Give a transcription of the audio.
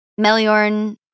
Meliorn